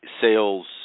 sales